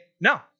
no